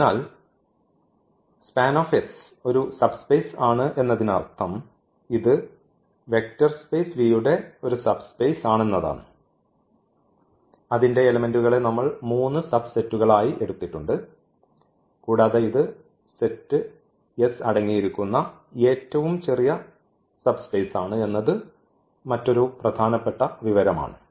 അതിനാൽ SPAN ഒരു subspace ആണ് എന്നതിനർത്ഥം ഇത് വെക്റ്റർ സ്പേസ് V യുടെ ഒരു സബ്സ്പേസ് ആണെന്നതാണ് അതിന്റെ എലെമെന്റുകളെ നമ്മൾ മൂന്ന് സബ്സെറ്റുകളായി എടുത്തിട്ടുണ്ട് കൂടാതെ ഇത് സെറ്റ് S അടങ്ങിയിരിക്കുന്ന ഏറ്റവും ചെറിയ സബ്സ്പേസ് ആണ് എന്നത് മറ്റൊരു പ്രധാനപ്പെട്ട വിവരമാണ്